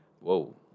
Whoa